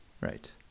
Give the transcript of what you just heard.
Right